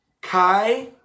Kai